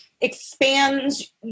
expands